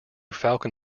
falcon